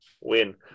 win